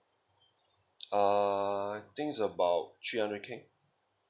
ah I think it's about three hundred K